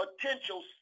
potential